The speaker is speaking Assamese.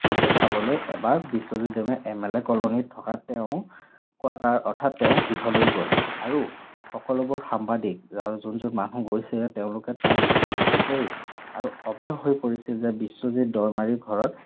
লোকে চাবলৈ এবাৰ বিশ্বজিৎ দৈমাৰীৰ এম এল এ কলনীত থকা তেওঁৰ কোৱাৰ্টাৰ অৰ্থাৎ তেওঁৰ গৃহলৈ গ'ল আৰু সকলোবোৰ সাংবাদিক আৰু যোন যোন মানুহ গৈছে তেওঁলোকে তাত দেখি আচৰিত আৰু অবাক হৈ পৰিছিল যে বিশ্বজিৎ দৈমাৰীৰ ঘৰত